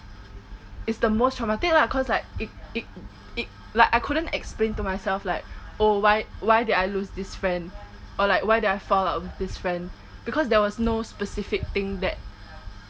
it's the most traumatic lah cause like it it it like I couldn't explain to myself like oh why why did I lose this friend or why did I fall out with this friend because there was no specific thing that